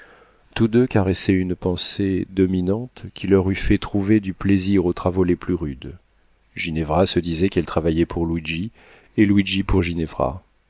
tous deux caressaient une pensée dominante qui leur eût fait trouver du plaisir aux travaux les plus rudes ginevra se disait qu'elle travaillait pour luigi et luigi pour